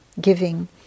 giving